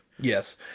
yes